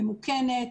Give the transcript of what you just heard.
ממוקנת,